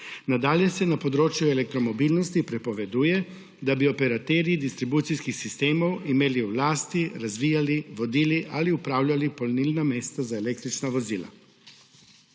Nadalje se na področju elektromobilnosti prepoveduje, da bi operaterji distribucijskih sistemov imeli v lasti, razvijali, vodili ali upravljali polnilna mesta za električna vozila.